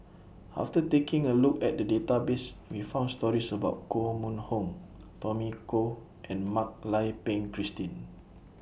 after taking A Look At The Database We found stories about Koh Mun Hong Tommy Koh and Mak Lai Peng Christine